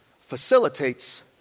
facilitates